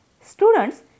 Students